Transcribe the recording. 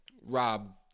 Rob